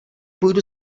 půjdu